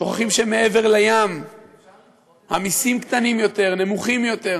שוכחים שמעבר לים המסים קטנים יותר, נמוכים יותר.